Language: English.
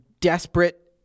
desperate